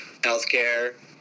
healthcare